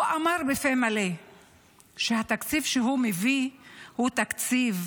הוא אמר בפה מלא שהתקציב שהוא מביא הוא תקציב